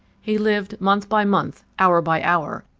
he lived, month by month, hour by hour,